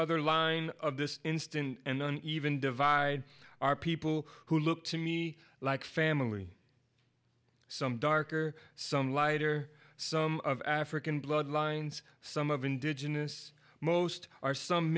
other line of this instant and an even divide are people who look to me like family some darker some lighter some of african bloodlines some of indigenous most are some